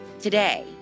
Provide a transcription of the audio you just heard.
today